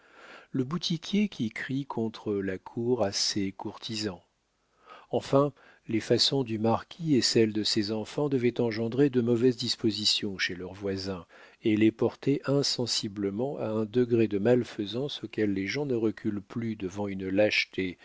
le boutiquier qui crie contre la cour a ses courtisans enfin les façons du marquis et celles de ses enfants devaient engendrer de mauvaises dispositions chez leurs voisins et les porter insensiblement à un degré de malfaisance auquel les gens ne reculent plus devant une lâcheté